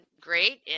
great